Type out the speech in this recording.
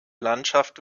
landschaft